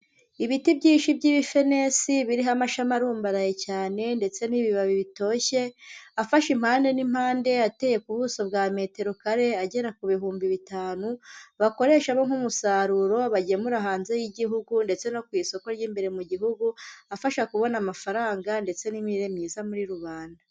Ibiti byinshi by'ibifenesi, biriho amashami arumbaraye cyane, ndetse n'ibibabi bitoshye, afashe impande n'impande, ateye ku buso bwa metero kare agera ku bihumbi bitanu, bakoresha bo nk'umusaruro, bagemura hanze y'Igihugu, ndetse no ku isoko ry'imbere mu Gihugu, afasha kubona amafaranga, ndetse n'imirire myiza muri rubanda.